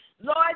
Lord